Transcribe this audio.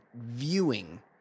viewing